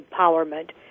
empowerment